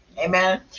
amen